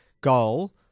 goal